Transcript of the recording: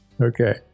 okay